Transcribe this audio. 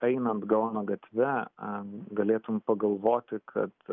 einant gaono gatve a galėtum pagalvoti kad